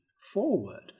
forward